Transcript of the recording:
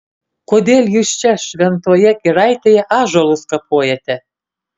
kodėl jūs čia šventoje giraitėje ąžuolus kapojate